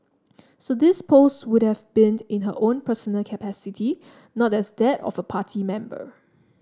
so these posts would have been in her own personal capacity not as that of a party member